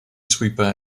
sweeper